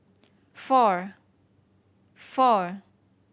four four